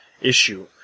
issue